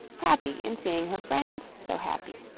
happy in seeing her friends so happy.